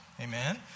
Amen